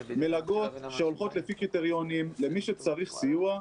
מלגות שהולכות לפי קריטריונים למי שצריך סיוע,